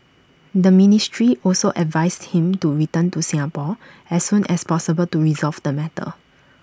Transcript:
the ministry also advised him to return to Singapore as soon as possible to resolve the matter